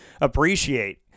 appreciate